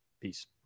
Peace